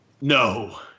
No